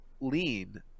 lean